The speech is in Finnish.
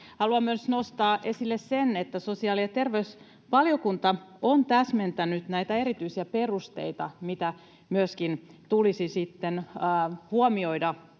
Haluan myös nostaa esille sen, että sosiaali- ja terveysvaliokunta on täsmentänyt näitä erityisiä perusteita, mitä myöskin tulisi sitten huomioida,